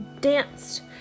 danced